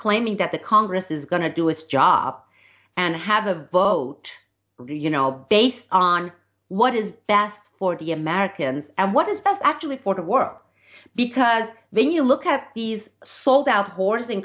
claiming that the congress is going to do its job and have a vote you know a vase on what is best for the americans and what is best actually for the work because when you look at these sold out horse in